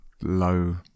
low